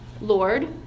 Lord